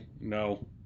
no